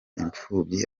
imfubyi